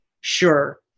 sure